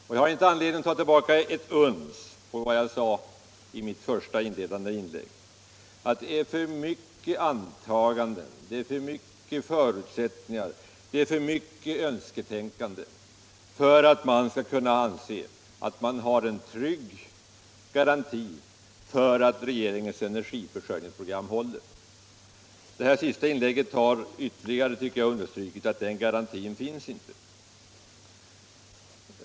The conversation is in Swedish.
Och jag har inte anledning att ta tillbaka ett uns av vad jag sade i mitt inledande anförande, att det är för mycket antaganden, för mycket förutsättningar, för mycket önsketänkande för att man skall kunna anse att det finns en trygg garanti för att regeringens energiförsörjningsprogram håller. Det senaste inlägget har ytterligare understrukit, tycker jag, att den garantin inte finns.